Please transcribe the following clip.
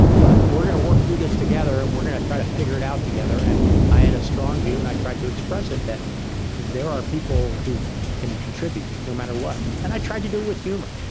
but we're going to work through this together. and we're going to try to figure it out together. and i had a strong view and i tried to express it that there are people who can contribute no matter what. and i tried to do with humor.